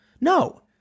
No